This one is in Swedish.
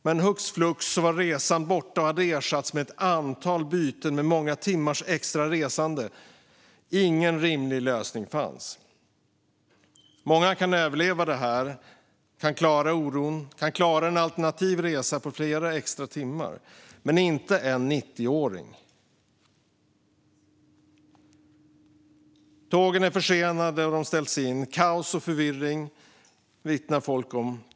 Men hux flux, så var resan borta och hade ersatts med ett antal byten med många extra timmars resande. Ingen rimlig lösning fanns. Många kan överleva detta och kan klara oron och klara en alternativ resa på flera extra timmar, men inte en 90-åring. Tågen är försenade och ställs in. Folk vittnar om kaos och förvirring.